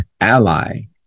ally